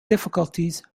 difficulties